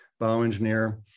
bioengineer